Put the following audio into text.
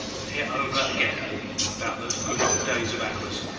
and hear over again about those good old days of ours,